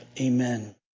Amen